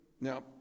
Now